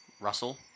Russell